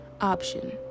option